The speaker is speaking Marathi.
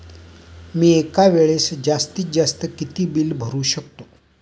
मी एका वेळेस जास्तीत जास्त किती बिल भरू शकतो?